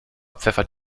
pfeffert